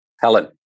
Helen